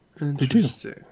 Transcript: Interesting